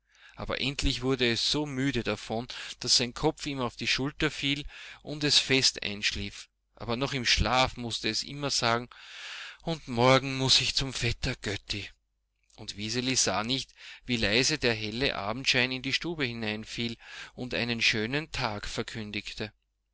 aber endlich wurde es so müde davon daß sein kopf ihm auf die schulter fiel und es fest einschlief aber noch im schlaf mußte es immer sagen und morgen muß ich zum vetter götti und wiseli sah nicht wie leise der helle abendschein in die stube hineinfiel und einen schönen tag verkündigte